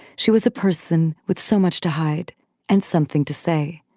she was a person with so much to hide and something to say.